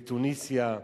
בתוניסיה.